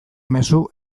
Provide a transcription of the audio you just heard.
mezu